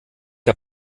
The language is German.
der